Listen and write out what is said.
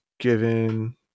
given